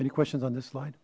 any questions on this slide